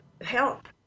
help